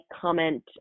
comment